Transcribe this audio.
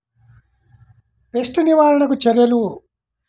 Pest నివారణకు చర్యలు?